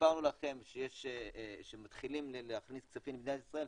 כשסיפרנו לכם שמתחילים להכניס כספים למדינת ישראל,